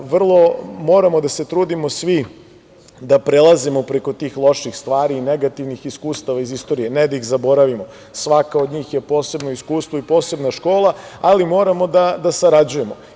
Moramo da se trudimo svi da prelazimo preko tih loših stvari i negativnih iskustava iz istorije, ne da ih zaboravimo, svaka od njih je posebno iskustvo i posebna škola, ali moramo da sarađujemo.